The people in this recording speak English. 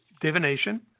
divination